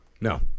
No